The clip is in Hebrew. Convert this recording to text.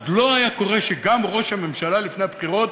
אז לא היה קורה שגם ראש הממשלה לפני הבחירות